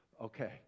Okay